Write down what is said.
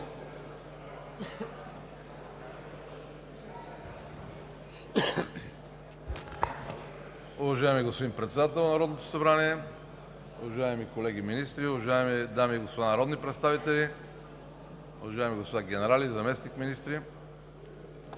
Уважаеми господин Председател на Народното събрание, уважаеми колеги министри, уважаеми дами и господа народни представители, уважаеми господа генерали, заместник-министри!